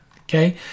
okay